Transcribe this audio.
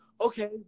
Okay